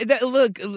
look